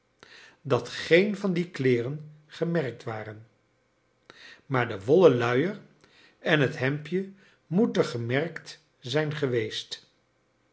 dat geen van die kleeren gemerkt waren maar de wollen luier en het hemdje moeten gemerkt zijn geweest